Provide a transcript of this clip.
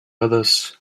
others